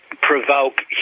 provoke